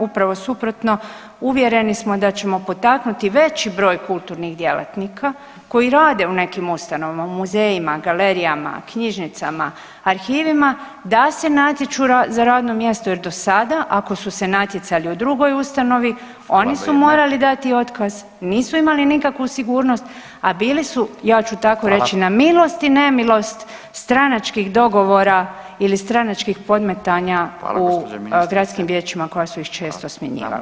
Upravo suprotno uvjereni smo da ćemo potaknuti veći broj kulturnih djelatnika koji rade u nekim ustanovama u muzejima, galerijama, knjižnicama, arhivima da se natječu za radno mjesto jer dosada ako su se natjecali u drugoj ustanovi oni su morali dati [[Upadica: Hvala lijepa.]] otkaz, nisu imali nikakvu sigurnost, a bili su ja ću tako reći na milost [[Upadica: Hvala.]] i nemilost stranačkih dogovora ili stranačkih podmetanja [[Upadica: Hvala gospođo ministrice.]] u gradskim vijećima koja su ih često smjenjivala.